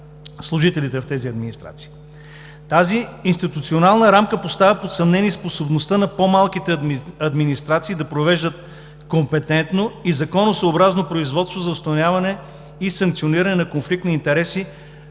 Тази институционална рамка поставя под съмнение способността на по-малките администрации да провеждат компетентно и законосъобразно производство за установяване и санкциониране конфликта на интереси